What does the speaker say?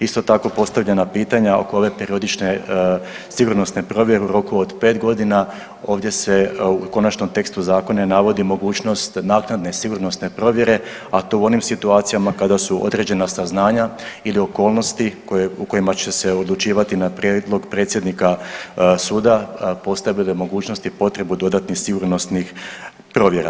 Isto tako postavljena pitanja oko ove periodične sigurnosne provjere u roku od 5 godina ovdje se u konačnom tekstu zakona navodi mogućnost naknadne sigurnosne provjere, a to u onim situacijama kada su određena saznanja ili okolnosti koje, u kojima će se odlučivati na prijedlog predsjednika suda postavile mogućnost i potrebu dodatnih sigurnosnih provjera.